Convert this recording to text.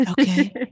Okay